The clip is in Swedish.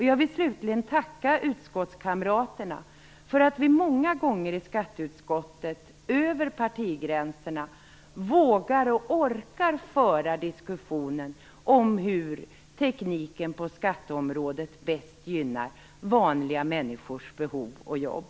Jag vill slutligen tacka utskottskamraterna för att vi många gånger i skatteutskottet över partigränserna vågar och orkar föra diskussionen om hur tekniken på skatteområdet bäst gynnar vanliga människors behov och jobb.